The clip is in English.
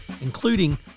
including